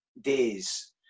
days